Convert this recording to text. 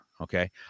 okay